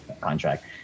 contract